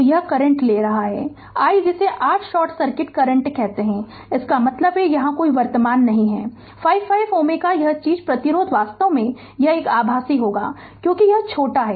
तो यह करंट ले रहा है i जिसे r शॉर्ट सर्किट करंट कहते हैं इसका मतलब है यहां कोई वर्तमान नहीं है 5 5 Ω यह चीज प्रतिरोध वास्तव में यह अप्रभावी होगा क्योंकि यह छोटा है